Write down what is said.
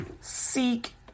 seek